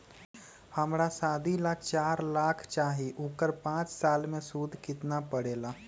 हमरा शादी ला चार लाख चाहि उकर पाँच साल मे सूद कितना परेला?